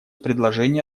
предложение